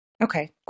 Okay